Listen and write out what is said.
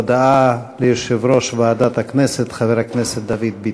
הודעה ליושב-ראש ועדת הכנסת חבר הכנסת דוד ביטן.